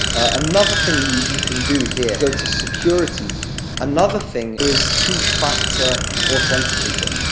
another thing you you can do here, go to security another thing is two factor authenticator.